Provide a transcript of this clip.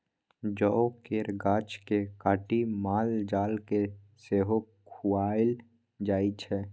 जौ केर गाछ केँ काटि माल जाल केँ सेहो खुआएल जाइ छै